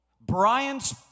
Brian's